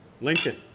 Lincoln